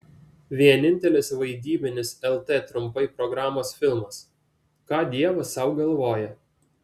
vienintelis vaidybinis lt trumpai programos filmas ką dievas sau galvoja